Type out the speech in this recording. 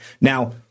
Now